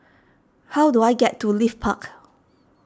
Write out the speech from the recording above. how do I get to Leith Park